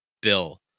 bill